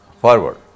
Forward